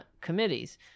committees